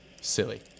Silly